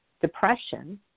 depression